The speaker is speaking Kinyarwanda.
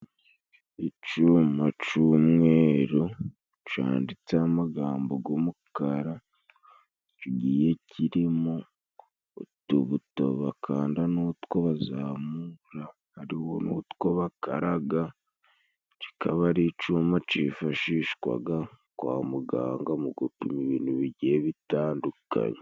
Icuma c'umweru canditseho amagambo g'umukara, kigiye kirimo utubuto bakanda n'utwo bazamura, hariho n'utwo bakaraga, kikaba ari icuma cifashishwaga kwa muganga mu gupima ibintu bigiye bitandukanye.